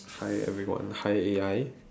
hi everyone hi A_I